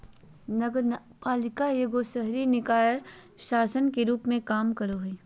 नगरपालिका एगो शहरी निकाय शासन के रूप मे काम करो हय